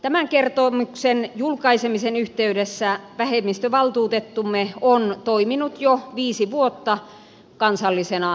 tämän kertomuksen julkaisemisen yhteydessä vähemmistövaltuutettumme on toiminut jo viisi vuotta kansallisena ihmiskaupparaportoijana